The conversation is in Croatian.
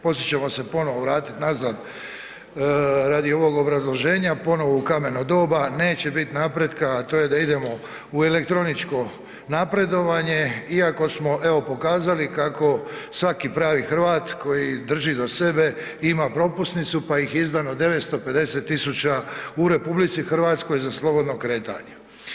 Poslije ćemo se ponovno vratiti nazad radi ovog obrazloženja ponovno kameno doba, neće bit napretka a to je da idemo u elektroničko napredovanje iako smo evo pokazali kako svaki pravi Hrvat koji drži do sebe, ima propusnicu pa ih izdano 950 000 u RH za slobodno kretanje.